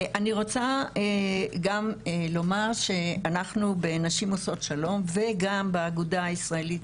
אני רוצה גם לומר שאנחנו בנשים עושות שלום וגם באגודה הישראלית